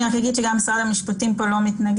אני רק אגיד שגם משרד המשפטים לא מתנגד,